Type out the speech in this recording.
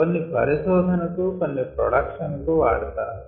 కొన్ని పరిశోధనకు కొన్ని ప్రొడక్షన్ కు వాడతారు